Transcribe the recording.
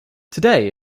today